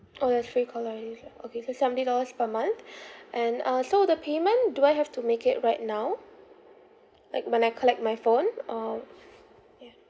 orh there's free caller I_Ds ah okay so seventy dollars per month and uh so the payment do I have to make it right now like when I collect my phone or yeah